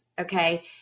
Okay